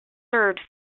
served